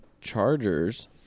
Chargers